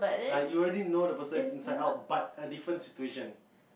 like you already know the person inside out but a different situation